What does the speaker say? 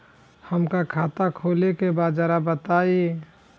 हमका खाता खोले के बा जरा बताई?